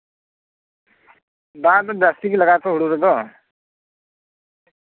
ᱫᱟᱜ ᱫᱚ ᱡᱟᱥᱛᱤ ᱜᱮ ᱞᱟᱜᱟᱜ ᱟᱛᱚ ᱦᱩᱲᱩ ᱨᱮᱫᱚ